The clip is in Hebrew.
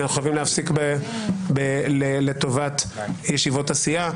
כי אנחנו חייבים להפסיק לטובת ישיבות הסיעה.